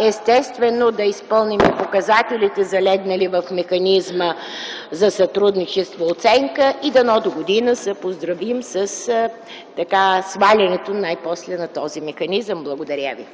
естествено да изпълним и показателите, залегнали в механизма за сътрудничество и оценка. Дано догодина се поздравим със свалянето, най-после, на този механизъм. Благодаря ви.